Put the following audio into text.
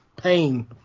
pain